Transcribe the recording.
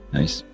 Nice